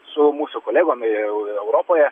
su mūsų kolegom europoje